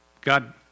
God